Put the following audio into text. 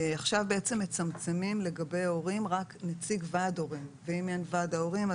עכשיו מצמצמים לגבי הורים ואומרים רק נציג ועד הורים ואם אין ועד הורים,